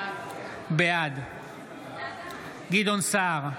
בעד גדעון סער,